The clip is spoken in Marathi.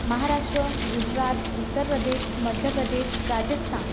महाराष्ट्र गुजरात उत्तरप्रदेश मध्यप्रदेश राजस्थान